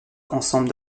ensemble